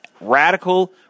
radical